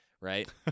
right